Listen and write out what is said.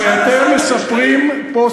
הרי אתם מספרים, בושה לשר לספר שקרים.